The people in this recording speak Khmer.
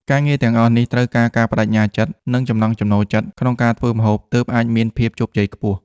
ការងារទាំងអស់នេះត្រូវការការប្តេជ្ញាចិត្ត និងចំណង់ចំណូលចិត្តក្នុងការធ្វើម្ហូបទើបអាចមានភាពជោគជ័យខ្ពស់។